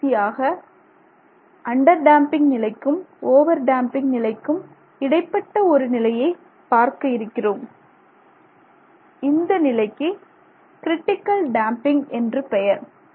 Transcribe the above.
கடைசியாக under damping நிலைக்கும் over damping நிலைக்கும் இடைப்பட்ட ஒரு நிலையை பார்க்க இருக்கிறோம் இந்த நிலைக்கு கிரிட்டிக்கல் டேம்பிங் என்று பெயர்